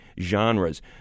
genres—